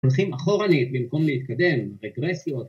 ‫הולכים אחורנית, ‫במקום להתקדם, רגרסיות.